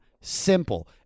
simple